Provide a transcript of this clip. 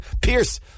Pierce